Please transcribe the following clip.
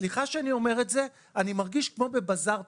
סליחה שאני אומר את זה אבל אני מרגיש כמו בבזאר תורכי.